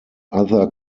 other